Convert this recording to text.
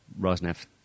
Rosneft